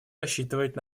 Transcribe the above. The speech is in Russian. рассчитывать